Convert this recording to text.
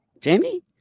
Jamie